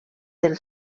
del